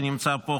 שנמצא פה,